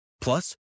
Plus